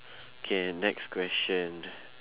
K next question